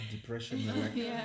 depression